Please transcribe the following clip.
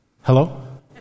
Hello